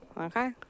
Okay